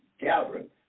gathering